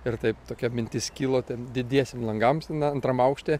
ir taip tokia mintis kilo ten didiesiem langams antram aukšte